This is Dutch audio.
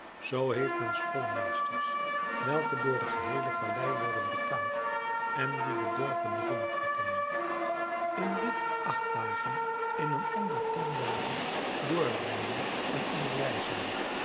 zoo heeft men schoolmeesters welke door de geheele vallei worden betaald en die de dorpen rondtrekken in dit acht dagen in een ander tien dagen doorbrengende en onderwijzende